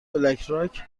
بلکراک